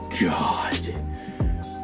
God